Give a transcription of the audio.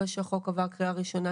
אחרי שהחוק עבר קריאה ראשון,